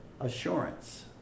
assurance